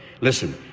Listen